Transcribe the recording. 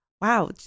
wow